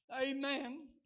amen